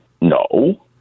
No